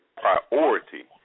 priority